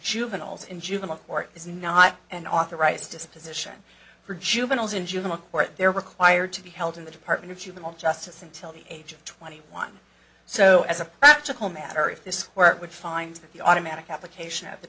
juveniles in juvenile court is not an authorized disposition for juveniles in juvenile court they're required to be held in the department of juvenile justice until the age of twenty one so as a practical matter if this were it would find that the automatic application of the